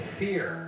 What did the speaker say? fear